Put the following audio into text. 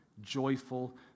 joyful